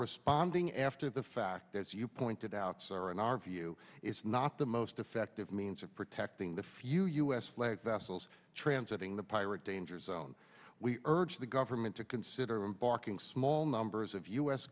responding after the fact as you pointed out in our view is not the most effective means of protecting the few u s flag vessels transiting the pirate danger zone we urge the government to consider embarking small numbers of u